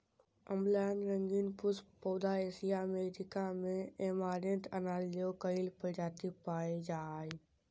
अम्लान रंगीन पुष्प पौधा एशिया अमेरिका में ऐमारैंथ अनाज ले कई प्रजाति पाय जा हइ